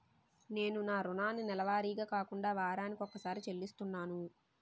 నేను నా రుణాన్ని నెలవారీగా కాకుండా వారాని కొక్కసారి చెల్లిస్తున్నాను